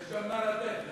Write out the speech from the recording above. יש גם "נא לתת".